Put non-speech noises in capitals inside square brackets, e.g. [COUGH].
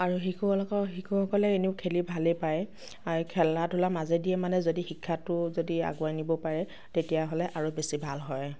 আৰু শিশু [UNINTELLIGIBLE] শিশুসকলে এনেও খেলি ভালেই পায় আৰু এই খেলা ধূলা মাজেদিয়েই মানে যদি শিক্ষাটো যদি আগুৱাই নিব পাৰে তেতিয়াহ'লে আৰু বেছি ভাল হয়